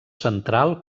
central